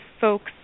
folks